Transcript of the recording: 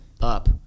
up